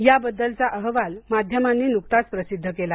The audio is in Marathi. याबद्दलचा अहवाल माध्यमांनी नुकताच प्रसिध्द केला